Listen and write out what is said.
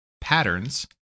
patterns